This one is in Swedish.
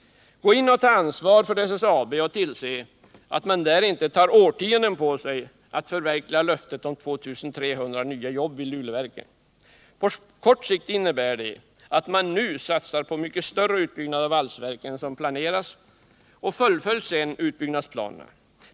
Gå in och | ta ansvar för SSAB och tillse att man där inte tar årtionden på sig att förverkliga löftet om 2 300 nya jobb vid Luleåverken. På kort sikt innebär det att man nu satsar på en mycket större utbyggnad av valsverken än som planeras. Fullfölj sedan utbyggnadsplanerna.